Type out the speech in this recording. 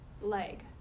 leg